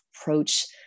approach